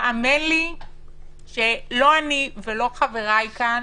האמן לי שגם אני וגם חבריי שנמצאים כאן